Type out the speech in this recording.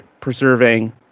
preserving